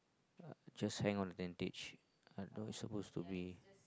uh just hang on the tentage I thought it supposed to be